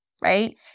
right